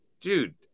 Dude